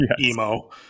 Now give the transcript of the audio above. emo